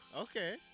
okay